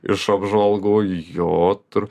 iš apžvalgų jo tur